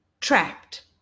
trapped